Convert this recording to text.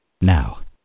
Now